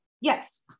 Yes